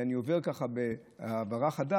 אני עובר במעבר חד,